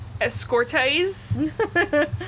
escortes